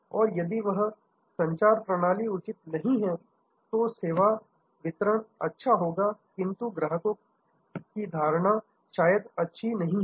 और यदि वह संचार प्रणाली उचित नहीं है तो सेवा वितरण अच्छा होगा किंतु ग्राहकों का परसेप्शन धारणा शायद अच्छा नहीं होगा